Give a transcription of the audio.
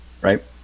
right